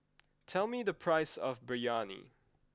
tell me the price of Biryani